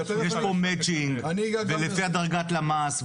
יש פה מאצ'ינג ולפי הדרגת למ"ס,